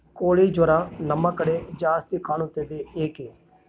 ಕೋಳಿ ಜ್ವರ ನಮ್ಮ ಕಡೆ ಜಾಸ್ತಿ ಕಾಣುತ್ತದೆ ಏಕೆ?